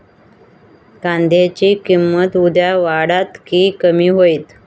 कांद्याची किंमत उद्या वाढात की कमी होईत?